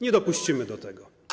Nie dopuścimy do tego.